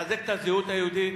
לחזק את הזהות היהודית,